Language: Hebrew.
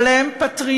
אבל הם פטריוטים,